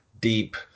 deep